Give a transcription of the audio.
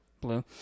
Blue